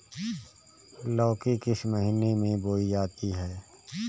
लौकी किस महीने में बोई जाती है?